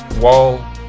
Wall